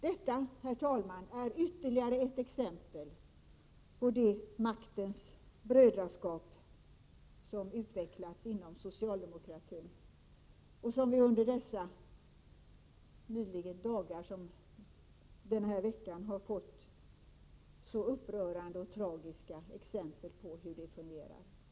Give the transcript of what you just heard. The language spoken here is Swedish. Detta, herr talman, är ytterligare ett exempel på det maktens brödraskap som har utvecklats inom socialdemokratin och som vi under den här veckan har fått så upprörande och tragiska exempel på hur det fungerar.